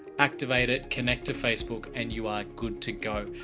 activate it, connect to facebook and you are good to go.